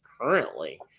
currently